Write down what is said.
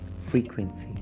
frequency